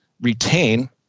retain